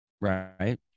right